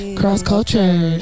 cross-culture